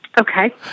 Okay